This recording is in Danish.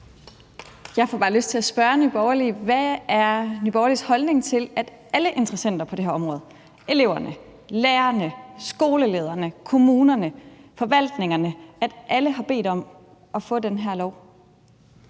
Jeg får bare lyst til at spørge Nye Borgerlige: Hvad er Nye Borgerliges holdning til, at alle interessenter på det her område – eleverne, lærerne, skolelederne, kommunerne, forvaltningerne – har bedt om at få den her lov?